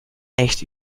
echt